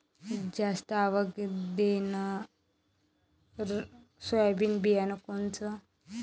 जास्त आवक देणनरं सोयाबीन बियानं कोनचं?